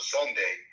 Sunday